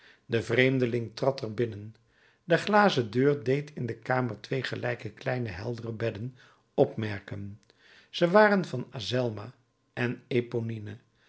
de vreemdeling trad er binnen de glazen deur deed in de kamer twee gelijke kleine heldere bedden opmerken ze waren van azelma en